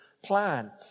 Plan